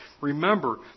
remember